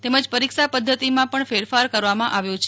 તેમજ પરીક્ષા પધ્ધતિમાં પણ ફેરફાર કરવામાં આવ્યો છે